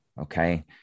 okay